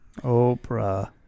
Oprah